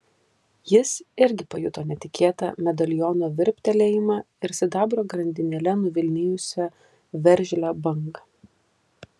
jis irgi pajuto netikėtą medaliono virptelėjimą ir sidabro grandinėle nuvilnijusią veržlią bangą